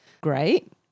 Great